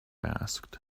asked